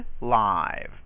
live